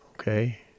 Okay